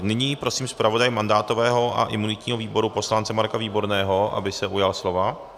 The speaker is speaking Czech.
Nyní prosím zpravodaje mandátového a imunitního výboru poslance Marka Výborného, aby se ujal slova.